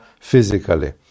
physically